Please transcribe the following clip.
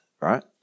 right